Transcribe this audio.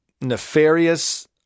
nefarious